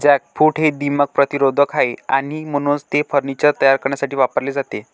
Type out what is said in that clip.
jackfruit हे दीमक प्रतिरोधक आहे आणि म्हणूनच ते फर्निचर तयार करण्यासाठी वापरले जाते